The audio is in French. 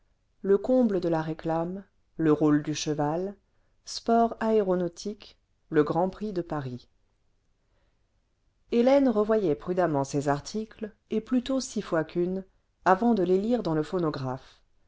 le comble de la réclame le rôle du cheval sport aéronautique le grand prix de paris le tiiéàtre reêtauraiit hélène revoyait prudemment ses articles et plutôt six fois qu'une avant de les lire dans le phonographe